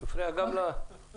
הוא הפריע גם לחקלאים.